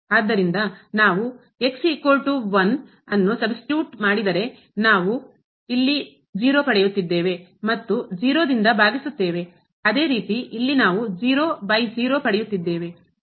ಆದ್ದರಿಂದ ನಾವು ಸಬ್ಸ್ಟಿಟ್ಯೂಟ್ ಬದಲಿಸಿದರೆ ಮಾಡಿದರೆ ನಾವು ಇಲ್ಲಿ ಪಡೆಯುತ್ತಿದ್ದೇವೆ ಮತ್ತು ಅದೇ ರೀತಿ ಇಲ್ಲಿ ನಾವು ಪಡೆಯುತ್ತಿದ್ದೇವೆ